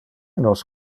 nos